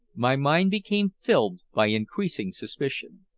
my mind became filled by increasing suspicion.